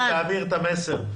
-- ותעביר את המסר.